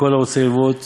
"וכל הרוצה ללוות